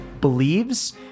believes